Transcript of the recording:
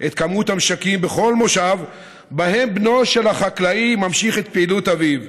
את כמות המשקים בכל מושב שבהם בנו של החקלאי ממשיך את פעילות אביו.